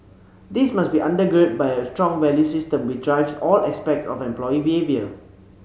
this must be under girded by a strong values system which drives all aspects of employee behaviour